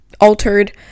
altered